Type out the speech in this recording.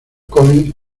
collins